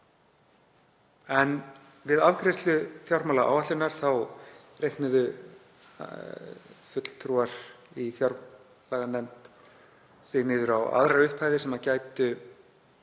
En við afgreiðslu fjármálaáætlunar reiknuðu fulltrúar í fjárlaganefnd sig niður á aðrar upphæðir. Ef við